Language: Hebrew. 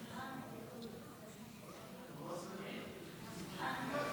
אדוני היושב-ראש, חברי הכנסת,